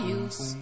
use